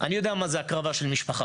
את חוסר הסבלנות והקשב,